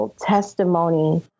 testimony